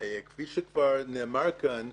כפי שכבר נאמר כאן,